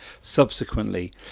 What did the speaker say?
subsequently